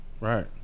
Right